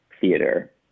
theater